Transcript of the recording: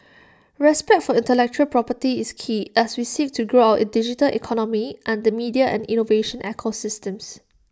respect for intellectual property is key as we seek to grow our digital economy and the media and innovation ecosystems